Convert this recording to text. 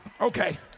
okay